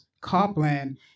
Copland